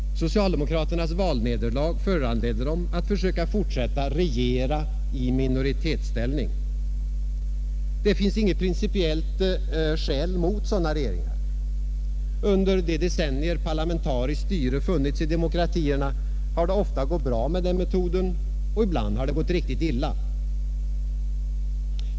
Socialdemokraterna har trots sitt valnederlag känt sig föranledda att försöka regera i minoritetsställning. Det finns inget principiellt skäl mot sådana regeringar. Under de decennier parlamentariskt styre funnits i demokratierna har det ofta gått bra med denna metod, och ibland har det gått riktigt illa.